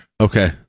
Okay